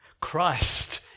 Christ